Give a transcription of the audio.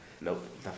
Nope